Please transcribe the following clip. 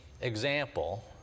example